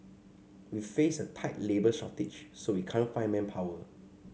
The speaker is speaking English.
we face a tight labour shortage so we can't find manpower